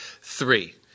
three